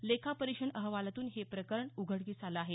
लेखा परीक्षण अहवालातून हे प्रकरण उघडकीस आलं आहे